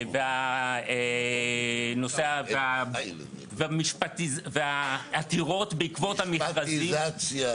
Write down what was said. והנושא, והעתירות בעקבות המכרזים.